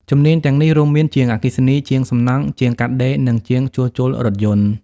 ជំនាញទាំងនេះរួមមាន ជាងអគ្គិសនី ជាងសំណង់ ជាងកាត់ដេរ និងជាងជួសជុលរថយន្ត។